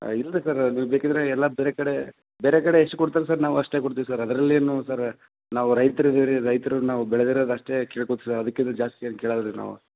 ಹಾಂ ಇಲ್ಲರೀ ಸರ್ ನೀವು ಬೇಕಿದ್ರೆ ಎಲ್ಲ ಬೇರೆ ಕಡೆ ಬೇರೆ ಕಡೆ ಎಷ್ಟು ಕೊಡ್ತಾರೆ ಸರ್ ನಾವೂ ಅಷ್ಟೇ ಕೊಡ್ತೀವಿ ಸರ್ ಅದರಲ್ಲೇನೂ ಸರ ನಾವು ರೈತ್ರು ಇದೇವೆ ರೀ ರೈತರು ನಾವು ಬೆಳ್ದಿರೋದು ಅಷ್ಟೇ ಕೇಳ್ಕೋತೀವಿ ಸರ್ ಅದಕ್ಕಿಂತ ಜಾಸ್ತಿ ಏನೂ ಕೇಳಲ್ಲ ರೀ ನಾವು